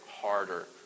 harder